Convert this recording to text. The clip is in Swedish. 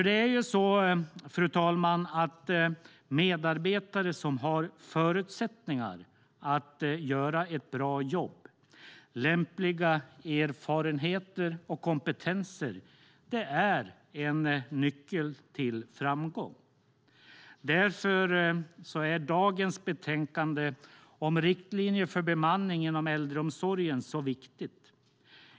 Det är ju så, fru talman, att medarbetare som har förutsättningar att göra ett bra jobb, lämpliga erfarenheter och kompetenser är en nyckel till framgång. Därför är dagens betänkande Riktlinjer för bemanning inom äldreomsorgen så viktigt.